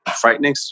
frightening